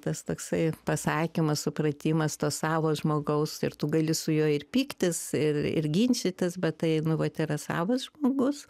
tas toksai pasakymas supratimas to savo žmogaus ir tu gali su juo ir pyktis ir ir ginčytis bet tai nu vat yra savas žmogus